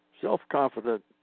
self-confident